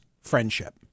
friendship